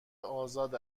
آزاد